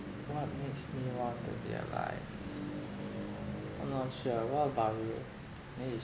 what makes me want to be alive I'm not sure what about you maybe